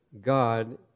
God